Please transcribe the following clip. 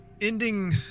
ending